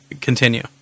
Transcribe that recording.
continue